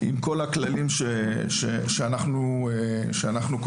עם כל הכללים שאנחנו קובעים.